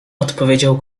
odpowiedział